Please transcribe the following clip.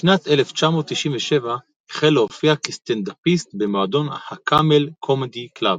בשנת 1997 החל להופיע כסטנדאפיסט במועדון הקאמל קומדי קלאב.